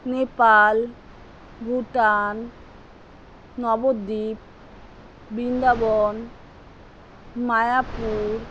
Nepal Bhutan Nabadwip Vrindavan Mayapur